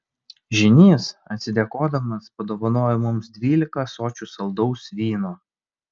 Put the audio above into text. žynys atsidėkodamas padovanojo mums dvylika ąsočių saldaus vyno